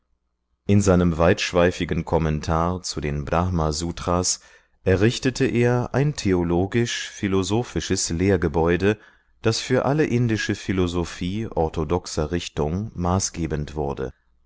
in seinem weitschweifigen kommentar zu den brahma sutras errichtete er ein theologisch philosophisches lehrgebäude das für alle indische philosophie orthodoxer richtung maßgebend wurde